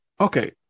okay